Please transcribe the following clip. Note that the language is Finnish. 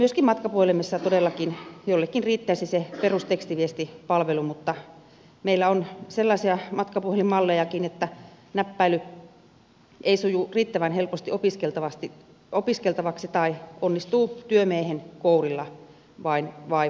myöskin matkapuhelimessa todellakin joillekin riittäisi se perustekstiviestipalvelu mutta meillä on sellaisia matkapuhelinmallejakin että näppäily ei suju riittävän helposti opiskeltavaksi tai onnistuu työmiehen kourilla vain vaivoin